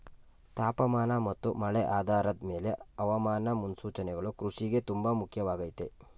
ತಾಪಮಾನ ಮತ್ತು ಮಳೆ ಆಧಾರದ್ ಮೇಲೆ ಹವಾಮಾನ ಮುನ್ಸೂಚನೆಗಳು ಕೃಷಿಗೆ ತುಂಬ ಮುಖ್ಯವಾಗಯ್ತೆ